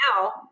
now